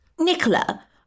Nicola